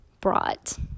brought